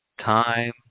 time